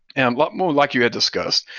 and lot more like you had discussed.